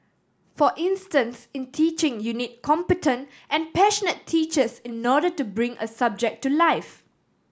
for instance in teaching you need competent and passionate teachers in order to bring a subject to life